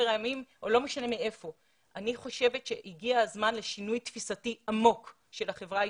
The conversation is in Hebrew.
העמים אני חושבת שהגיע הזמן לשינוי תפיסתי עמוק של החברה הישראלית,